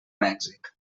mèxic